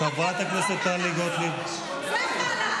אבל תני לשמוע, תני לשמוע.